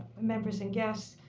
members, and guests,